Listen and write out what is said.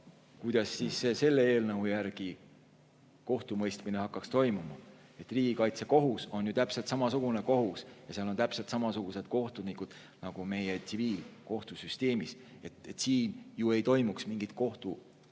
kuidas siis selle eelnõu järgi kohtumõistmine hakkaks toimuma? Riigikaitsekohus on ju täpselt samasugune kohus ja seal on täpselt samasugused kohtunikud nagu meie tsiviilkohtusüsteemis. Siin ei toimuks ju mingit kohtumõistmist